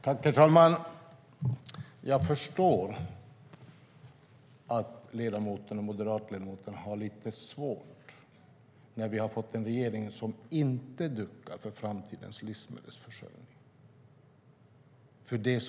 Herr talman! Jag förstår att moderatledamoten har lite svårt, när vi har fått en regering som inte duckar för framtidens livsmedelsförsörjning.